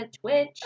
Twitch